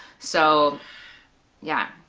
so yeah.